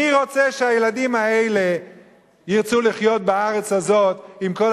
מי שרוצה שהילדים האלה ירצו לחיות בארץ הזאת יגיד